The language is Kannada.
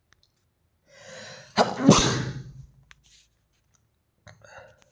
ಪ್ರಾಣಿ ಸಾಕಾಣಿಕೆಯ ಒಂದು ಭಾಗಾ ಆಗೆತಿ